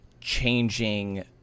changing